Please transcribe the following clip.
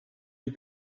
you